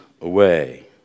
away